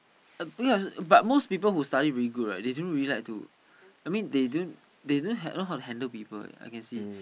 uh because but most people who study very good right they don't really like to I mean they don't they don't know how to handle people eh I can see